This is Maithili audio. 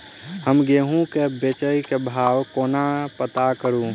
हम गेंहूँ केँ बेचै केँ भाव कोना पत्ता करू?